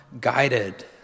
guided